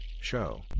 Show